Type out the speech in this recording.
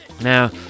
Now